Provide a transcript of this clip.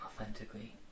Authentically